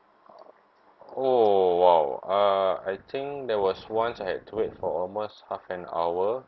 oh !wow! uh I think there was once I had to wait for almost half an hour